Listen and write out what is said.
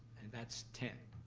and that's ten,